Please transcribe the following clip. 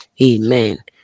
Amen